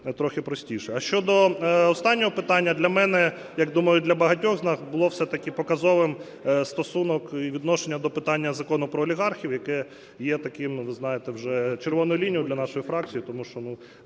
А щодо останнього питання, для мене, як, думаю, для багатьох з нас був все-таки показовим стосунок і відношення до питання Закону про олігархів, яке є таким, ви знаєте, вже червоною лінією для нашої фракції. Тому що